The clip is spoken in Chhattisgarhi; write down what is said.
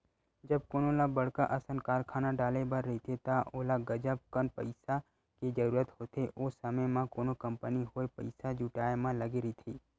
जब कोनो ल बड़का असन कारखाना डाले बर रहिथे त ओला गजब कन पइसा के जरूरत होथे, ओ समे म कोनो कंपनी होय पइसा जुटाय म लगे रहिथे